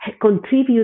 contribute